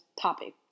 topic